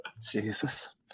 Jesus